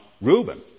Reuben